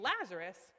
Lazarus